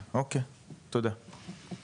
אוקי, תודה.